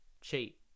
Cheat